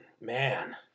man